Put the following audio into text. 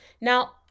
Now